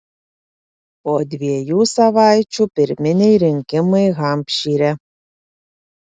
po dviejų savaičių pirminiai rinkimai hampšyre